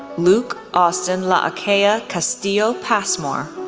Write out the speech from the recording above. luke austin la'akea castillo passmore,